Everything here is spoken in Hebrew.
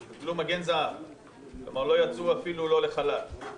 כלומר אפילו לא יצאו לחל"ת,